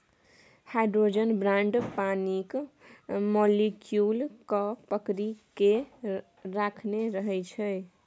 hydrogen bond पानिक molecule केँ पकरि केँ राखने रहै छै